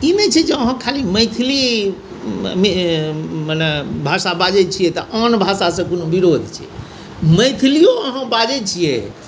ई नहि छै जे अहाँ खाली मैथिली मने भाषा बाजै छिए तऽ आन भाषासँ कोनो विरोध छै मैथिलिओ अहाँ बाजै छिए